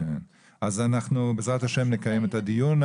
כן, אז אנחנו בעזרת השם נקיים את הדיון.